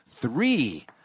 three